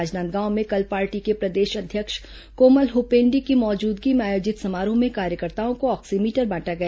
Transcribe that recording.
राजनांदगांव में कल पार्टी के प्रदेश अध्यक्ष कोमल हुपेंडी की मौजूदगी में आयोजित समारोह में कार्यकर्ताओं को ऑक्सीमीटर बांटा गया